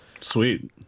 Sweet